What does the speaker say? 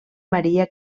maria